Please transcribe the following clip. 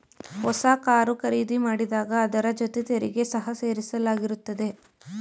ಹೊಸ ಕಾರು ಖರೀದಿ ಮಾಡಿದಾಗ ಅದರ ಜೊತೆ ತೆರಿಗೆ ಸಹ ಸೇರಿಸಲಾಗಿರುತ್ತದೆ